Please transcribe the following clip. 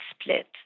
split